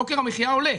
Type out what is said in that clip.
יוקר המחיה עולה,